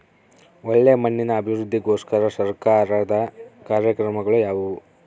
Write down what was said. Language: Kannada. ಒಳ್ಳೆ ಮಣ್ಣಿನ ಅಭಿವೃದ್ಧಿಗೋಸ್ಕರ ಸರ್ಕಾರದ ಕಾರ್ಯಕ್ರಮಗಳು ಯಾವುವು?